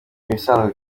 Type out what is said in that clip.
ibisanzwe